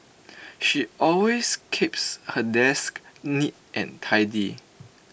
she always keeps her desk neat and tidy